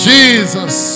Jesus